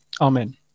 Amen